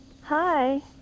Hi